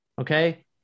okay